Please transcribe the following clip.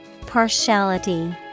Partiality